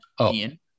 Ian